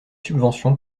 subventions